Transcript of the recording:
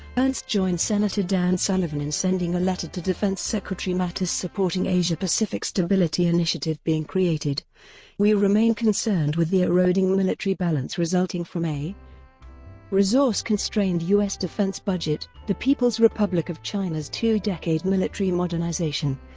ernst joined senator dan sullivan in sending a letter to defense secretary mattis supporting asia-pacific stability initiative being created we remain concerned with the eroding military balance resulting from a resource-constrained u s. defense budget, the people's republic of china's two-decade military modernization,